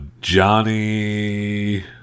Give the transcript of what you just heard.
Johnny